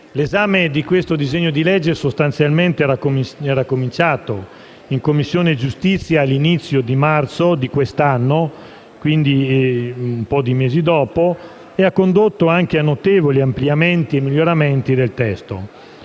L'esame di questo disegno di legge sostanzialmente è cominciato in Commissione giustizia all'inizio di marzo di quest'anno e ha condotto anche a notevoli ampliamenti e miglioramenti del testo.